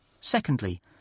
Secondly